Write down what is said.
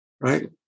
right